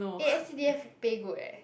eh s_c_d_f pay good eh